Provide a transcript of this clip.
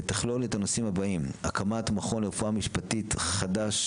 ותכלול את הנושאים הבאים: הקמת מכון לרפואה משטית חדש,